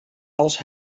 als